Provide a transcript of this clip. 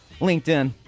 LinkedIn